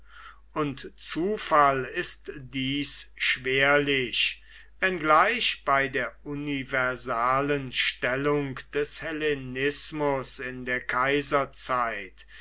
und zufall ist dies schwerlich wenngleich bei der universalen stellung des hellenismus in der kaiserzeit